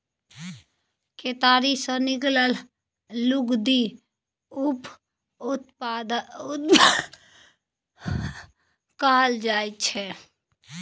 केतारी सँ निकलल लुगदी उप उत्पाद कहल जाइ छै